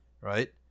right